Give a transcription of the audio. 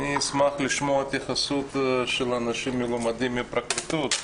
אני אשמח לשמוע את התייחסות האנשים המלומדים מהפרקליטות.